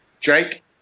Drake